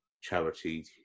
charity